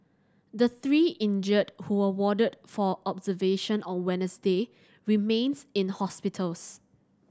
the three injured who were warded for observation on Wednesday remains in hospitals